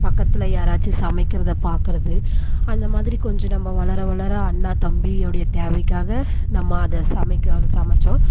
பக்கத்தில் யாராச்சும் சமைக்கிறதை பார்க்குறது அந்த மாதிரி கொஞ்சம் நம்ம வளர வளர அண்ணா தம்பி உடைய தேவைக்காக நம்ம அதை சமைக்கிறதை சமைத்தோம்